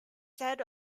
said